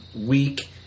week